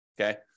okay